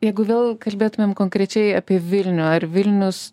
jeigu vėl kalbėtumėm konkrečiai apie vilnių ar vilnius